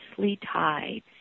tied